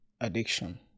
addiction